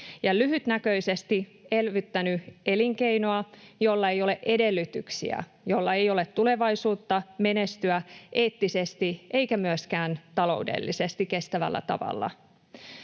ja lyhytnäköisesti elvyttänyt elinkeinoa, jolla ei ole edellytyksiä, jolla ei ole tulevaisuutta menestyä eettisesti eikä myöskään taloudellisesti kestävällä tavalla.